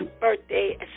birthday